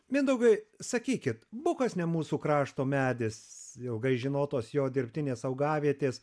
mindaugai sakykit bukas ne mūsų krašto medis ilgai žinotos jo dirbtinės augavietės